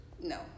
No